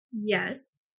Yes